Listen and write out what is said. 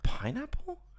Pineapple